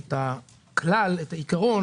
את העיקרון,